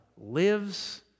lives